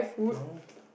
no